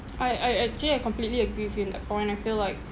I I actually I completely agree with you in that point I feel like